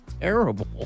terrible